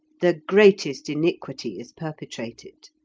the greatest iniquity is perpetrated.